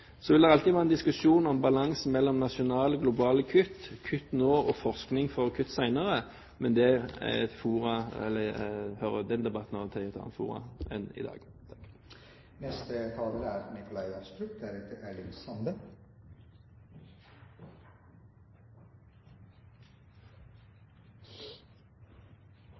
Så vil det alltid være en diskusjon om balansen mellom nasjonale og globale kutt, kutt nå og forskning for kutt senere. Men